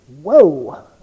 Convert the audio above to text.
whoa